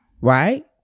right